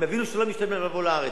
הם יבינו שלא משתלם להם לבוא לארץ.